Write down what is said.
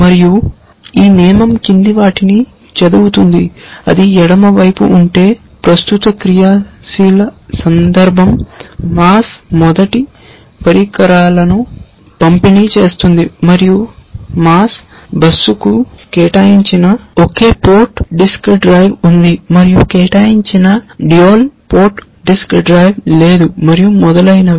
మరియు ఈ నియమం కింది వాటిని చదువుతుంది అది ఎడమ వైపు ఉంటే ప్రస్తుత క్రియాశీల సందర్భం మాస్ మొదటి పరికరాలను పంపిణీ చేస్తుంది మరియు మాస్ బస్సుకు కేటాయించబడని ఒకే పోర్ట్ డిస్క్ డ్రైవ్ ఉంది మరియు కేటాయించని డ్యూయల్ పోర్ట్ డిస్క్ డ్రైవ్ లేదు మరియు మొదలైనవి